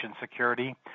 security